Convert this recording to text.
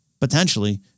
potentially